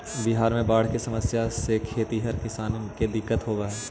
बिहार में बाढ़ के समस्या से खेतिहर किसान के दिक्कत होवऽ हइ